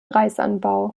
reisanbau